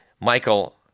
Michael